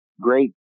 great